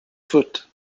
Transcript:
foot